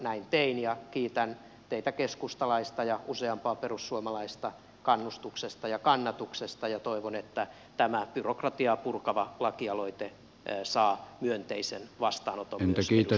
ja kiitän teitä keskustalaista ja useampaa perussuomalaista kannustuksesta ja kannatuksesta ja toivon että tämä byrokratiaa purkava lakialoite saa myönteisen vastaanoton myös eduskunnassa